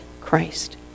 Christ